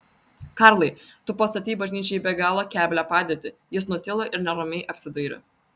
karlai tu pastatei bažnyčią į be galo keblią padėtį jis nutilo ir neramiai apsidairė